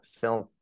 film